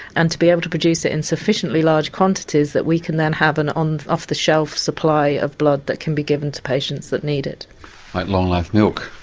and to be able to produce it in sufficiently large quantities that we can then have an and off the shelf supply of blood that can be given to patients that need it. like long life milk?